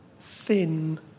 thin